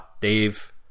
Dave